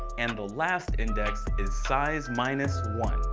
and the last index is size minus one.